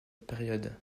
période